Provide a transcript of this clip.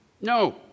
No